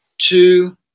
two